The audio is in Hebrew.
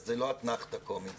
זה לא אתנחתה קומית.